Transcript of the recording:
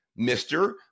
Mr